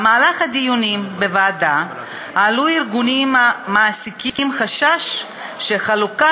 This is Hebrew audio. בדיונים בוועדה העלו ארגוני מעסיקים חשש שהחלוקה